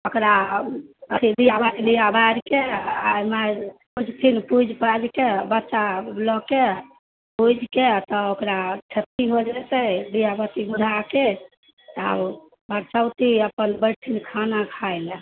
ओकरा अथी दिआ बाती दिआ बारिके आ माइ पूजथिन पूजि पाजि के बच्चा लऽ के पूजिके तऽ ओकरा छठि हो जयतै दिआ बाती बुझाके आ ओ परसौती अपन बैठथिन खाना खाय लऽ